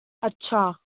ਅੱਛਾ